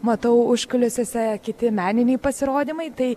matau užkulisiuose kiti meniniai pasirodymai tai